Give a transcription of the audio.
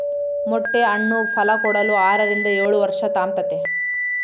ಮೊಟ್ಟೆ ಹಣ್ಣು ಫಲಕೊಡಲು ಆರರಿಂದ ಏಳುವರ್ಷ ತಾಂಬ್ತತೆ